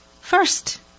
First